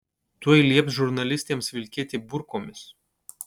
tuoj lieps žurnalistėms vilkėti burkomis